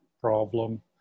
problem